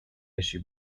issue